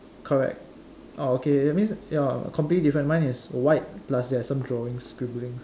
correct ah okay that means ya completely different mine is white plus there are some drawings scribbling